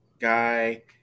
guy